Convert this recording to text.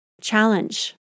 challenge